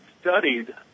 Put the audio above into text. studied